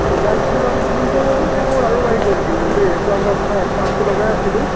ইলাচিটোৰ দামটো কিন্তু আৰু বাঢ়ি গ'ল কিন্তু দেই এইটো আগৰ আপোনাৰ এশ আশী লগাই আছিলো